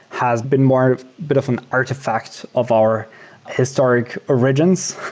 has been more bit of an artifacts of our historic origins,